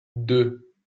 deux